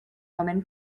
woman